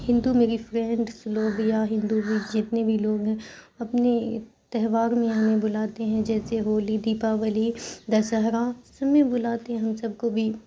ہندو میری فرینڈس لوگ یا ہندو میں جتنے بھی لوگ ہیں اپنے تہوار میں ہمیں بلاتے ہیں جیسے ہولی دیپاولی دسہرا سب میں بلاتے ہیں ہم سب کو بھی